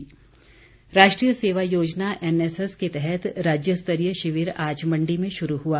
NSS राष्ट्रीय सेवा योजना एनएसएस के तहत राज्यस्तरीय शिविर आज मण्डी में शुरू हुआ